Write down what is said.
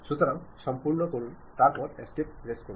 সুতরাং সম্পন্ন করুন তারপরে এস্কেপ প্রেস করুন